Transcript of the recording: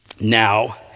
now